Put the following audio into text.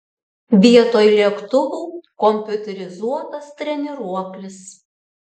vietoj lėktuvų kompiuterizuotas treniruoklis